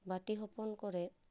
ᱵᱟᱹᱴᱤ ᱦᱚᱯᱚᱱ ᱠᱚᱨᱮ